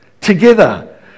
together